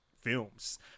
films